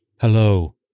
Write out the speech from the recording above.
Hello